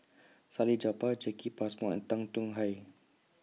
Salleh Japar Jacki Passmore and Tan Tong Hye